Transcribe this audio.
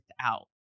out